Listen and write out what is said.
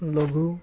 লঘু